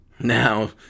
Now